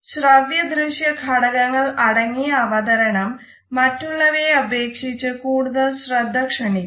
ശ്രവ്യ ദൃശ്യ ഘടകങ്ങൾ അടങ്ങിയ അവതരണം മറ്റുള്ളവയെ അപേക്ഷിച്ച് കൂടുതൽ ശ്രദ്ധ ക്ഷണിക്കുന്നു